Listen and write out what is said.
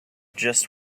just